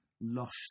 lost